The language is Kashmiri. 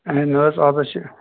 ہَے نہَ حظ اَتھ حظ چھِ